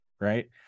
Right